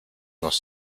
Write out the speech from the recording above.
nos